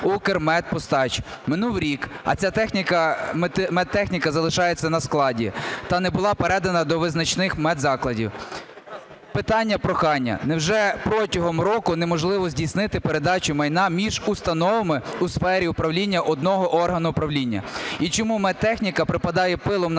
Минув рік, а ця медтехніка залишається на складі та не була передана до визначних медзакладів. Питання-прохання. Невже протягом року неможливо здійснити передачу майна між установами у сфері управління одного органу правління? І чому медтехніка припадає пилом на складі,